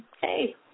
hey